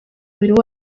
umubiri